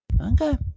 Okay